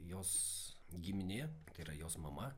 jos giminė tai yra jos mama